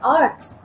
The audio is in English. arts